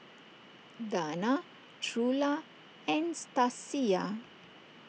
Dana Trula and Stasia